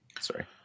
sorry